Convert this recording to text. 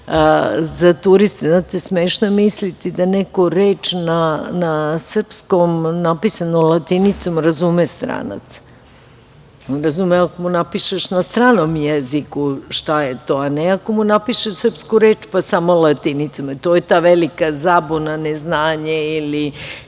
za turiste. Znate, smešno je misliti da neku reč na srpskom napisanu na latinici razume stranac. On je razume ako je napišeš na stranom jezikom jeziku šta je to, a ne ako mu napišeš srpsku reč pa samo latinicom. To je ta velika zabuna, neznanje,